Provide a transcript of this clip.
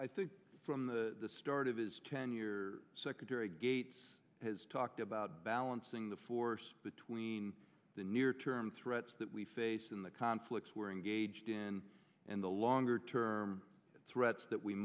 i think from the start of his tenure secretary gates has talked about balancing the force between the near term threats that we face in the conflicts we're engaged in and the longer term threats that we